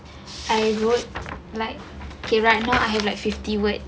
I have word like okay right I have fifty words